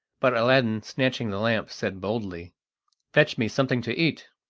but aladdin, snatching the lamp, said boldly fetch me something to eat!